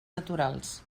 naturals